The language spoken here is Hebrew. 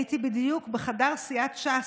הייתי בדיוק בחדר סיעת ש"ס,